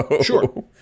Sure